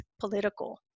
political